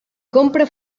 compra